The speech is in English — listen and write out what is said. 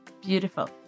Beautiful